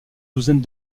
douzaine